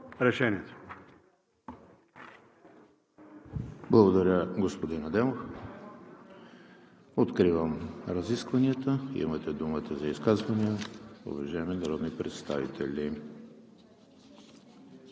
ХРИСТОВ: Благодаря, господин Адемов. Откривам разискванията. Имате думата за изказвания, уважаеми народни представители.